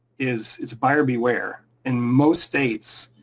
is is buyer beware. in most states,